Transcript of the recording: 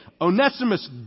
Onesimus